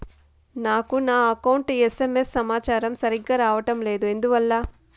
నాకు నా account SMS సమాచారము సరిగ్గా రావడం లేదు ఎందువల్ల?